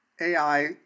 AI